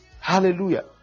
Hallelujah